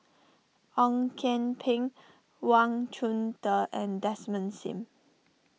Ong Kian Peng Wang Chunde and Desmond Sim